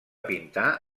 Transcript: pintar